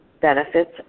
benefits